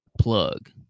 plug